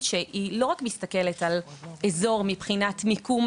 שלא רק מסתכלת על אזור מבחינת מיקום,